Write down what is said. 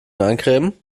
eincremen